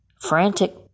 frantic